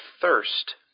thirst